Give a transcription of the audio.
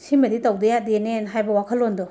ꯁꯤꯃꯗꯤ ꯇꯧꯗꯕ ꯌꯥꯗꯦꯅꯦꯅ ꯍꯥꯏꯕ ꯋꯥꯈꯜꯂꯣꯟꯗꯣ